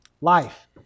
life